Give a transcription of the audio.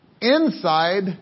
Inside